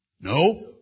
No